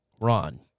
Ron